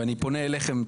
ואני פונה אליכם,